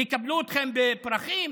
שיקבלו אתכם עם פרחים?